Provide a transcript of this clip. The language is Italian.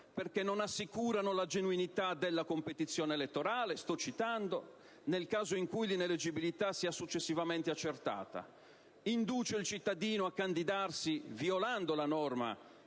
perché non assicurano «la genuinità della competizione elettorale nel caso in cui l'ineleggibilità sia successivamente accertata, induce il cittadino a candidarsi, violando la norma